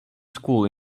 school